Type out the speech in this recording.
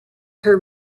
her